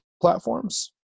platforms